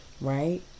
right